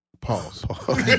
Pause